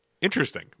interesting